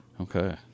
Okay